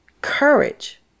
courage